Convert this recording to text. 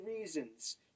reasons